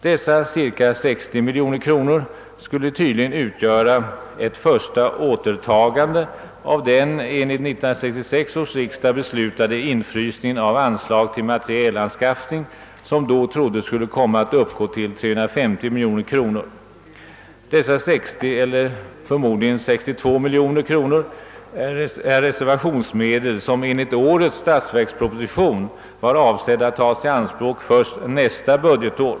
Dessa cirka 60 miljoner kronor skall tydligen vara ett första återtagande av den vid 1966 års riksdag beslutade infrysningen av anslag till materielanskaffning, vilken då uppskattades till 350 miljoner kronor. De 60 miljonerna -— förmodligen blir de 62 miljoner kronor är reservationsmedel som regeringen enligt statsverkspropositionen tänkt sig ta i anspråk först nästa budgetår.